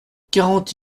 quarante